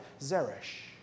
Zeresh